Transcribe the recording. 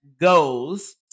goes